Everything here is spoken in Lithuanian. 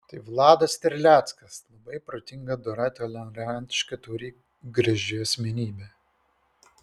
tai vladas terleckas labai protinga dora tolerantiška tauri graži asmenybė